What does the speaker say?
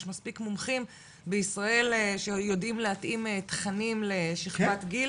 יש מספיק מומחים בישראל שיודעים להתאים תכנים לשכבת גיל